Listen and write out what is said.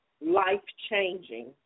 life-changing